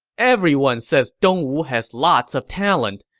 everyone says dongwu has lots of talent,